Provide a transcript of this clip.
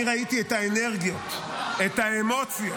אני ראיתי את האנרגיות, את האמוציות,